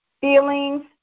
feelings